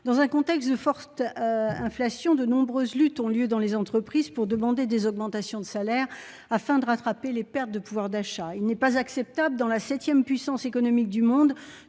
dans un contexte de forte inflation, de nombreuses luttes ont lieu dans les entreprises afin d'obtenir des augmentations de salaire et de rattraper les pertes de pouvoir d'achat. Il n'est pas acceptable, dans la septième puissance économique du monde,